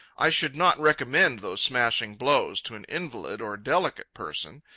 i should not recommend those smashing blows to an invalid or delicate person.